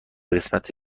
قسمت